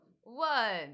one